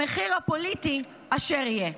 המחיר הפוליטי אשר יהיה.